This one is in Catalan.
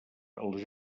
als